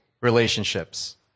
relationships